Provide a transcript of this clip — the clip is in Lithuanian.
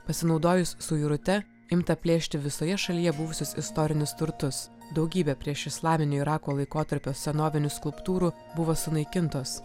pasinaudojus suirute imta plėšti visoje šalyje buvusius istorinius turtus daugybė priešislaminių irako laikotarpio senovinių skulptūrų buvo sunaikintos